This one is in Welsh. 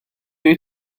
wyt